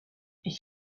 ich